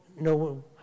no